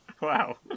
Wow